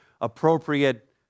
appropriate